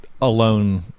alone